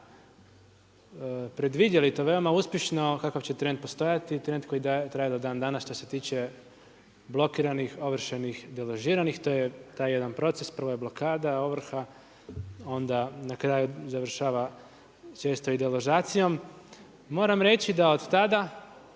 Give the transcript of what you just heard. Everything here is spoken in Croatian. predvidjeli to veoma uspješno, kakav će trend postojati, trend koji traje dan do danas, što se tiče, blokiranih, ovršenih i deložiranih, to je taj jedan proces. Prvo je blokada, ovrha onda na kraju završava …/Govornik se ne razumije./… i deložacijom. Moram reći da od tada